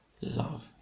Love